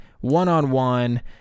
one-on-one